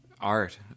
art